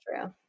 true